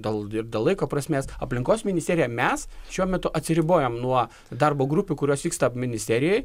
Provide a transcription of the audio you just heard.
dėl dėl laiko prasmės aplinkos ministerija mes šiuo metu atsiribojam nuo darbo grupių kurios vyksta ministerijoj